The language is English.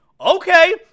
Okay